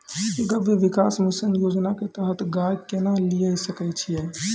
गव्य विकास मिसन योजना के तहत गाय केना लिये सकय छियै?